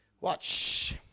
Watch